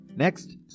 Next